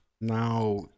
now